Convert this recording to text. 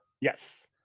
Yes